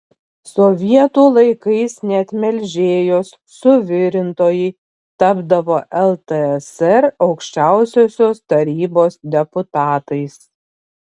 sovietų laikais net melžėjos suvirintojai tapdavo ltsr aukščiausiosios tarybos deputatais